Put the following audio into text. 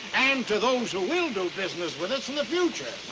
and to those who will do business with us in the future.